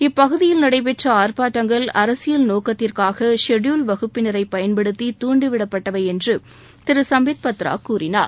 இப்பகுதியில் நடைபெற்ற ஆர்ப்பாட்டங்கள் அரசியல் நோக்கத்திற்காக ஷெட்யூவ்டு வகுப்பினரை பயன்படுத்தி தூண்டிவிடப்பட்டவை என்று திரு சும்பித் பத்ரா கூறினார்